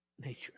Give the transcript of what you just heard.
nature